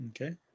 Okay